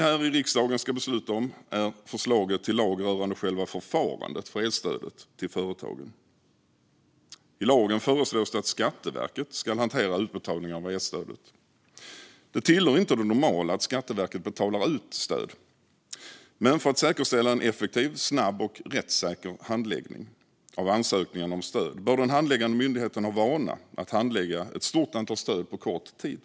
Det riksdagen ska besluta om är förslaget till lag rörande själva förfarandet för elstödet till företagen. Det föreslås att Skatteverket ska hantera utbetalningen av elstödet. Det tillhör inte det normala att Skatteverket betalar ut stöd, men för att säkerställa en effektiv, snabb och rättssäker handläggning av ansökningarna bör den handläggande myndigheten ha vana att handlägga ett stort antal utbetalningar av stöd på kort tid.